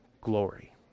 glory